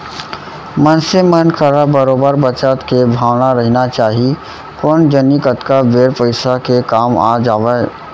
मनसे मन करा बरोबर बचत के भावना रहिना चाही कोन जनी कतका बेर पइसा के काम आ जावय